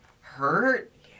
hurt